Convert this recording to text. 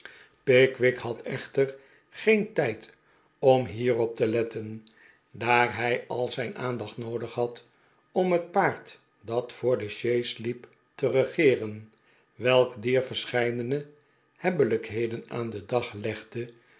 pickwick had echter geen tijd om hierop te letten daar hij al zijn aandacht noodig had om het paard dat voor de sjeestliep te regeeren welk dier verscheidene hebbelijkheden aan den dag legde